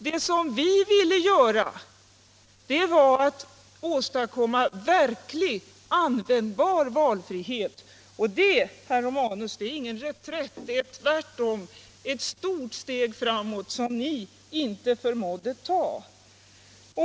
Det som vi ville göra var att åstadkomma = Familjepolitiken verkligt användbar valfrihet, och det, herr Romänus, är ingen reträtt —- det är tvärtom ett stort steg framåt som ni inte förmådde ta.